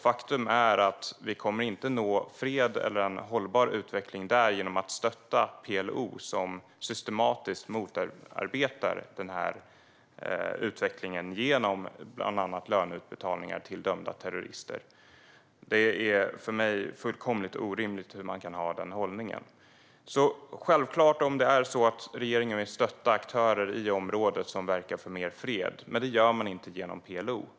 Faktum är att vi inte kommer att nå fred eller en hållbar utveckling där genom att stötta PLO som systematiskt motarbetar utvecklingen genom bland annat löneutbetalningar till dömda terrorister. Det är för mig fullkomligt orimligt hur man kan ha den hållningen. Regeringen vill stötta aktörer i området som verkar för mer fred. Det gör man inte genom PLO.